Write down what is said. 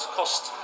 cost